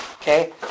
Okay